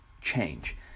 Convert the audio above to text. change